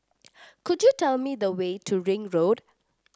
could you tell me the way to Ring Road